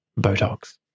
Botox